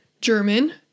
German